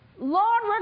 Lord